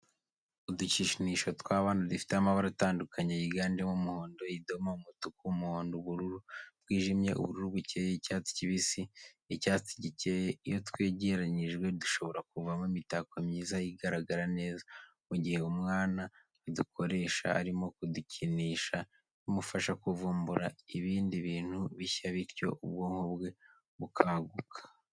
Udukinisho tw'abana dufite amabara atandukanye yiganjemo umuhondo, idoma, umutuku, umuhondo, ubururu bwijimye, ubururu bukeye, icyatsi kibisi, icyatsi gikeye, iyo twegeranyijwe dushobora kuvamo imitako myiza igaragara neza, mu gihe umwana adukoresha arimo kudukinisha bimufasha kuvumbura ibindi bintu bishya bityo ubwonko bwe bukaguka.